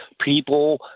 people